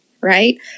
right